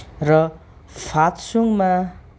र फात्सुङमा